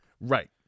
Right